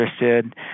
interested